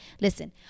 Listen